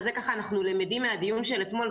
ואת זה אנחנו למדים מן הדיון של אתמול,